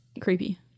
creepy